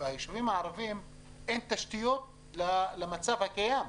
ביישובים הערביים אין תשתיות למצב הקיים,